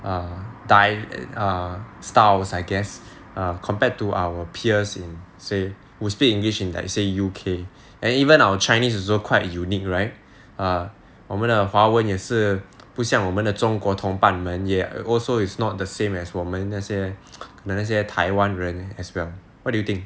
styles I guess err compared to our peers in say who speak english in like say U_K and even our chinese is also quite unique right err 我们的华文也是不像我们的中国同伴们也 also is not the same as 我们那些那那些台湾人 as well what do you think